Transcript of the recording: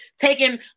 taking